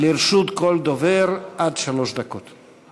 לרשות כל דובר עד שלוש דקות.